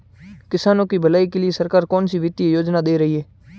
किसानों की भलाई के लिए सरकार कौनसी वित्तीय योजना दे रही है?